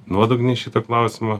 nuodugniai šitą klausimą